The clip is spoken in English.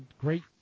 great